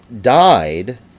died